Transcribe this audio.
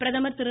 பிரதமர் திரு